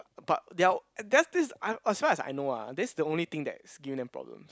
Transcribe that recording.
but they are o~ that's this I'm as far as I know ah this is the only thing that is giving them problem